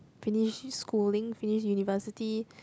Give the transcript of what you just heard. finish schooling finish university